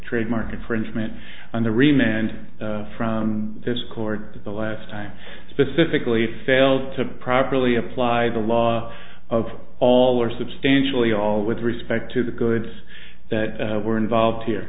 trademark infringement on the remain and from this court the last time specifically failed to properly apply the law of all or substantially all with respect to the goods that were involved here